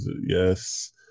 Yes